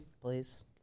please